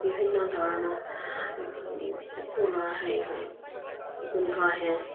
বিভিন্ন ধৰণৰ ফুলৰ হেৰি হয় ফুলৰ গোন্ধ আহে